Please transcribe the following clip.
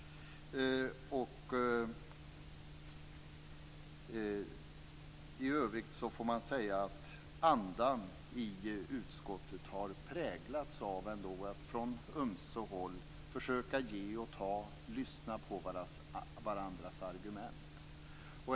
I övrigt får man säga att andan i utskottet varit och arbetet präglats av att från ömse håll försöka ge och ta, lyssna på varandras argument.